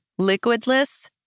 liquidless